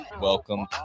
welcome